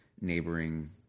neighboring